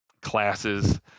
classes